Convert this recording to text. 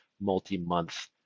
multi-month